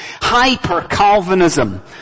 hyper-Calvinism